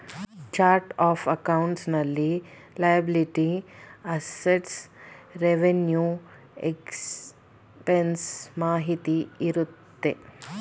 chart of accounts ನಲ್ಲಿ liability, assets, revenue expenses ಮಾಹಿತಿ ಇರುತ್ತೆ